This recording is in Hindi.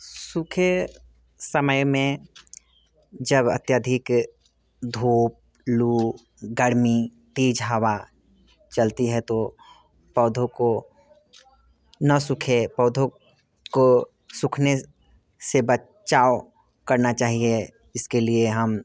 सूखे समय में जब अत्यधिक धूप लू गर्मी तेज हवा चलती है तो पौधों को न सूखे पौधों को सूखने से बचाव करना चाहिए इसके लिए हम